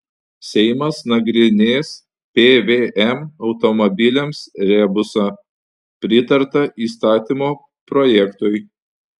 seimas nagrinės pvm automobiliams rebusą pritarta įstatymo projektui